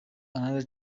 other